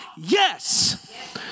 Yes